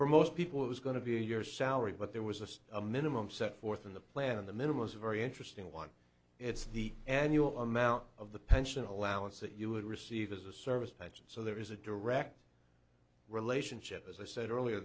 for most people is going to be a year's salary but there was a minimum set forth in the plan of the minimum is very interesting one it's the annual amount of the pension allowance that you would receive as a service pension so there is a direct relationship as i said earlier